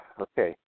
Okay